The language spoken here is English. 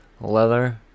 leather